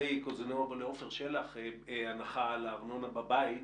קוז'ינוב ולעופר שלח הנחה עבור הארנונה בבית,